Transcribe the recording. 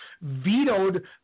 vetoed